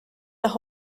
las